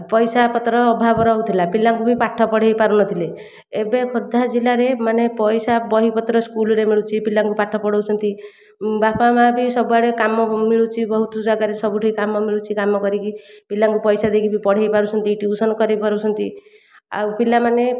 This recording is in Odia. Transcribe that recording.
ପଇସାପତ୍ର ଅଭାବ ରହୁଥିଲା ପିଲାଙ୍କୁ ବି ପାଠ ପଢ଼ାଇପାରୁନଥିଲେ ଏବେ ଖୋର୍ଦ୍ଧା ଜିଲ୍ଲାରେ ମାନେ ପଇସା ବହିପତ୍ର ସ୍କୁଲରେ ମିଳୁଛି ପିଲାଙ୍କୁ ପାଠ ପଢ଼ାଉଛନ୍ତି ବାପା ମା ବି ସବୁଆଡ଼େ କାମ ମିଳୁଛି ବହୁତ ଜାଗାରେ ସବୁଠି କାମ ମିଳୁଛି କାମ କରିକି ପିଲାଙ୍କୁ ପଇସା ଦେଇକି ବି ପଢ଼ାଇପାରୁଛନ୍ତି ଟ୍ୟୁସନ କରାଇ ପାରୁଛନ୍ତି ଆଉ ପିଲାମାନେ